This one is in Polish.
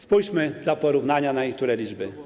Spójrzmy dla porównania na niektóre liczby.